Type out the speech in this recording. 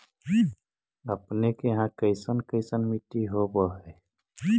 अपने के यहाँ कैसन कैसन मिट्टी होब है?